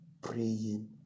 Praying